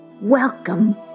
Welcome